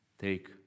Take